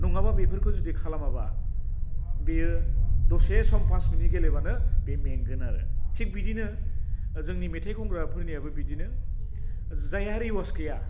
नङाबा बेफोरखौ जुदि खालामाबा बेयो दसे सम फास मिनिट गेलेबानो बे मेंगोन आरो थिख बिदिनो जोंनि मेथाइ खनग्राफोरनियाबो बिदिनो जायहा रिवार्स गैया